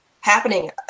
happening